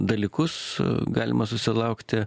dalykus galima susilaukti